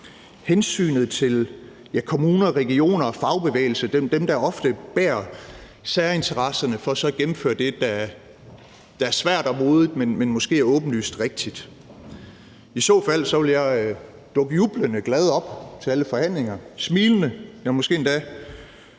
hensynet til kommuner, regioner og fagbevægelse – dem, der ofte har særinteresserne – for så at gennemføre det, der er svært og modigt at gøre, men som måske er åbenlyst rigtigt. I så fald vil jeg dukke smilende og jublende glad op til alle forhandlinger. Jeg vil måske endda